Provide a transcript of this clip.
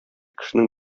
кешенең